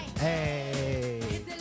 Hey